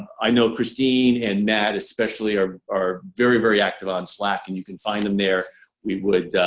i know christine and matt especially are are very very active on slack and you can find them there we would